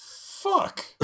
fuck